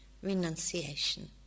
renunciation